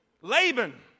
Laban